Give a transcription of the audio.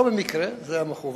לא במקרה, זה היה מכוון.